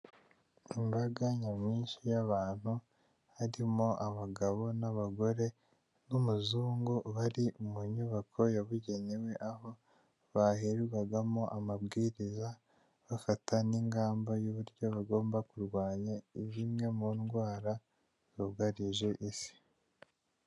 Imbaga nyamwinshi y'abantu harimo abagabo n'abagore n'umuzungu bari mu nyubako yabugenewe, aho bahererwagamo amabwiriza bafata n'ingamba y'uburyo bagomba kurwanya zimwe mu ndwara zugarije isi.